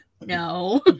No